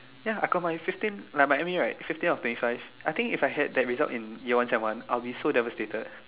ya I got my fifteen like my me right fifteen out of twenty five I think if I had that result in year one sem one I'll be so devastated